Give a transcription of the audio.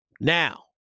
Now